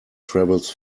travels